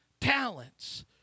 talents